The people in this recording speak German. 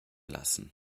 lassen